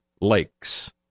lakes